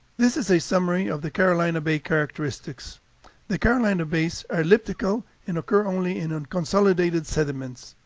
this is a summary of the carolina bay characteristics the carolina bays are elliptical and occur only in unconsolidated sediments.